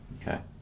Okay